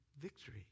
victory